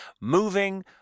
moving